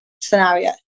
scenario